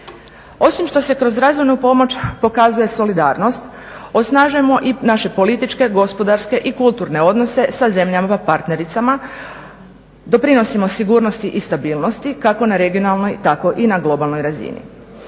Osim što se kroz razvojnu pomoć pokazuje solidarnost osnažujemo i naše političke, gospodarske i kulturne odnose sa zemljama partnericama, doprinosimo sigurnosti i stabilnosti kako na regionalnoj, tako i na globalnoj razini.